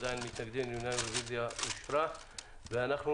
הצבעה בעד